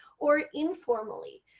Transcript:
or informally.